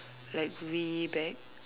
like way back